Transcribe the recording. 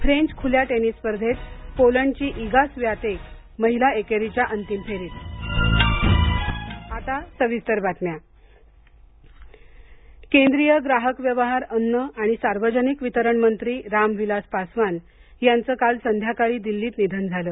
French खुल्या tennis स्पर्धेत पोलंडची ईगा स्वीआतेक महिला एकेरीच्या अंतिम फेरीत आता सविस्तर बातम्या निधन राम विलास पासवान केंद्रीय ग्राहक व्यवहार अन्न आणि सार्वजनिक वितरण मंत्री राम विलास पासवान यांचं काल संध्याकाळी दिल्लीत निधन झालं